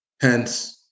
hence